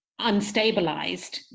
unstabilized